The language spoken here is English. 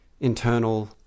internal